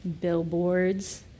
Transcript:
billboards